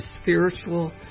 spiritual